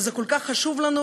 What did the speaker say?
כשזה כל כך חשוב לנו,